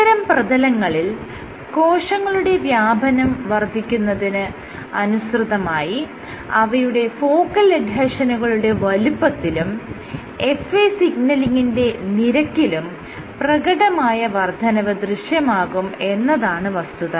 ഇത്തരം പ്രതലങ്ങളിൽ കോശങ്ങളുടെ വ്യാപനം വർദ്ധിക്കുന്നതിന് അനുസൃതമായി അവയുടെ ഫോക്കൽ എഡ്ഹെഷനുകളുടെ വലുപ്പത്തിലും FA സിഗ്നലിങിന്റെ നിരക്കിലും പ്രകടമായ വർദ്ധനവ് ദൃശ്യമാകും എന്നതാണ് വസ്തുത